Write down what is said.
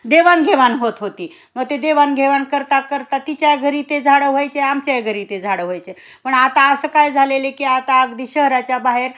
देवाणघेवाण होत होती व ते देवाणघेवाण करता करता तिच्या घरी ते झाडं व्हायचे आमच्या घरी ते झाडं व्हायचे पण आता असं काय झालेले की आता अगदी शहराच्या बाहेर